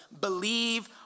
believe